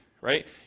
right